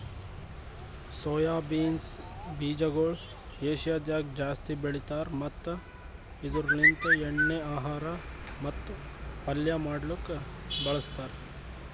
soya beans ಬೀಜಗೊಳ್ ಏಷ್ಯಾದಾಗ್ ಜಾಸ್ತಿ ಬೆಳಿತಾರ್ ಮತ್ತ ಇದುರ್ ಲಿಂತ್ ಎಣ್ಣಿ, ಆಹಾರ ಮತ್ತ ಪಲ್ಯ ಮಾಡ್ಲುಕ್ ಬಳಸ್ತಾರ್